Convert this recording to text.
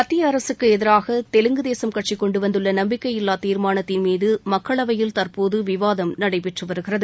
மத்திய அரசுக்கு எதிராக தெலுங்கு தேசம் கட்சி கொண்டு வந்துள்ள நம்பிக்கையில்லா தீர்மானத்தின் மீது மக்களவையில் தற்போது விவாதம் நடைபெற்று வருகிறது